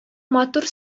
матур